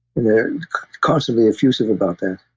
they're constantly effusive about that.